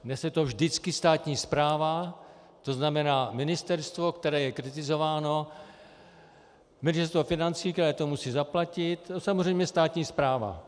Nese to vždycky státní správa, tzn. ministerstvo, které je kritizováno, Ministerstvo financí, které to musí zaplatit, samozřejmě státní správa.